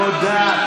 תודה.